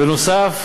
בנוסף,